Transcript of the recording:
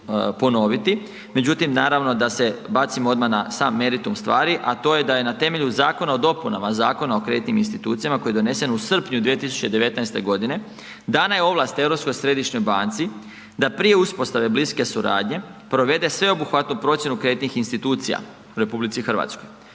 ponoviti međutim naravno da se bacim odmah sam meritum stvari a to je da je na temelju zakona o dopunama Zakona o kreditnim institucijama koje je donesen u srpnju 2019. g., dana je ovlast Europskoj središnjoj banci da prije uspostave bliske suradnje provede sveobuhvatnu procjenu kreditnih institucija u RH. Europska